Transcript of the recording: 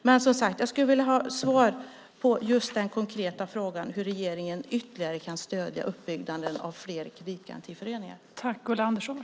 Men som sagt, jag skulle vilja ha svar på den konkreta frågan hur regeringen ytterligare kan stödja uppbyggnaden av fler kreditgarantiföreningar.